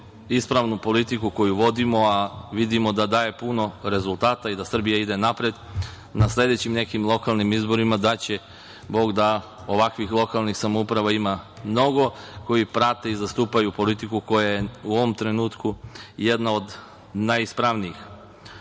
ispravnu politiku koju vodimo, a vidimo da daje puno rezultata i da Srbija ide napred, na sledećim nekim lokalnim izborima daće bog da ovakvih lokalnih samouprava ima mnogo, koji prate i zastupaju politiku koja je u ovom trenutku jedna od najispravnijih. Nadovezao